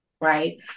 right